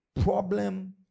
problem